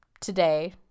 today